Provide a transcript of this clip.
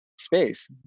space